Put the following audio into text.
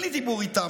אין לי דיבור איתם,